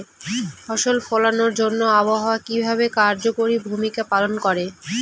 ফসল ফলানোর জন্য আবহাওয়া কিভাবে কার্যকরী ভূমিকা পালন করে?